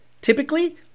typically